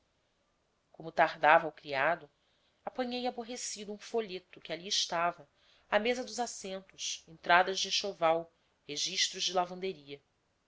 como tardava o criado apanhei aborrecido um folheto que ali estava à mesa dos assentos entradas de enxoval registros de lavanderia